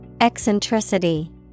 Eccentricity